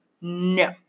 No